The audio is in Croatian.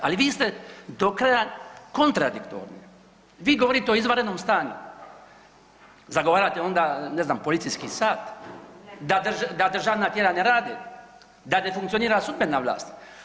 Ali vi ste do kraja kontradiktorni, vi govorite o izvanrednom stanju, zagovarate onda ne znam policijski sat, da državna tijela ne rade, da ne funkcionira sudbena vlast.